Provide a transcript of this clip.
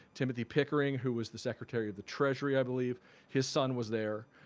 timothy pickering who was the secretary of the treasury, i believe his son was there.